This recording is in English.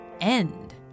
end